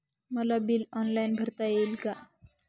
मला bill online भरता येईल का?